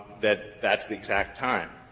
that that's the exact time.